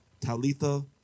Talitha